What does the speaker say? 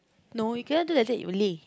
no you cannot do like that only